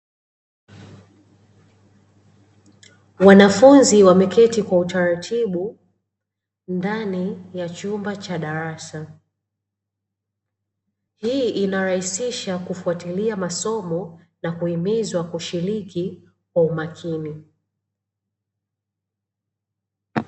Wanafunzi wameketi kwa utaratibu ndani ya chumba cha darasa, hii inarahisisha kufuatilia masomo na kuhimizwa kushiriki kwa umakini.